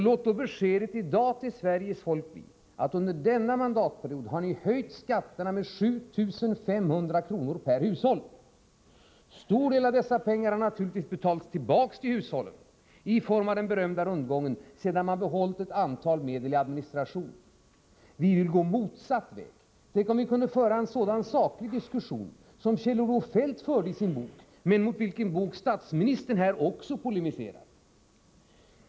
Låt då beskedet i dag till Sveriges folk bli att ni under denna mandatperiod har höjt skatterna med 7 500 kr. per hushåll. En stor del av dessa pengar har naturligtvis betalats tillbaka till hushållen i form av den berömda rundgången — sedan man behållit vissa medel i administration. Vi vill gå motsatt väg. Tänk om vi kunde föra en sådan saklig diskussion som Kjell-Olof Feldt förde i sin bok, men mot vilken bok statsministern här också polemiserar.